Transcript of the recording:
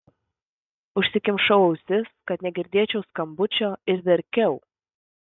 užsikimšau ausis kad negirdėčiau skambučio ir verkiau